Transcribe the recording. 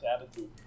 attitude